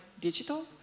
digital